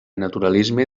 naturalisme